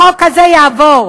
החוק הזה יעבור.